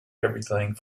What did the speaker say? everything